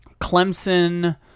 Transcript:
Clemson